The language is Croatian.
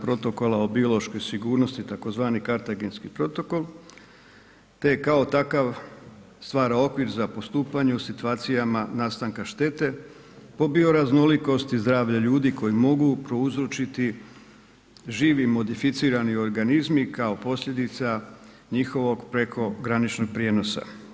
Protokola o biološkoj sigurnosti tzv. Kartagenski protokol, te je kao takav stvara okvir za postupanje u situacijama nastanka štete, po bio raznolikosti zdravlja ljudi koji mogu prouzročiti živi modificirani organizmi kao posljedica njihovog prekograničnog prijenosa.